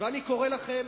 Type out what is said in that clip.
אני קורא לכם